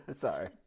Sorry